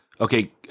Okay